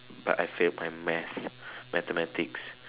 but I failed my maths mathematics